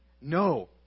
No